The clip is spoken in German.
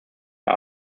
der